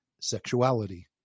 sexuality